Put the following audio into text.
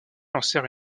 lancèrent